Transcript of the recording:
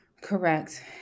Correct